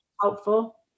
helpful